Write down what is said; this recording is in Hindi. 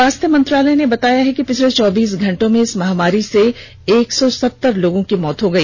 स्वास्थ्य मंत्रालय ने बताया कि पिछले चौबीस घंटे में इस महामारी से एक सौ सत्तर लोगों की मौत हो गई